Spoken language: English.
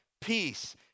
peace